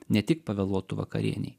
ne tik pavėluotų vakarienei